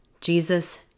jesus